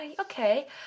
okay